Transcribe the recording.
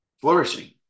flourishing